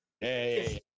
hey